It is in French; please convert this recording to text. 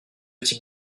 type